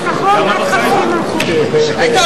אפשר